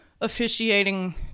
officiating